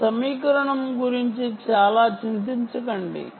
44 ఈ సమీకరణం గురించి చాలా చింతించకండి